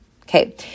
Okay